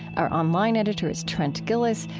our online editor is trent gilliss,